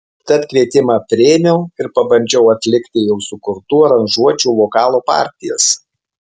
tad kvietimą priėmiau ir pabandžiau atlikti jau sukurtų aranžuočių vokalo partijas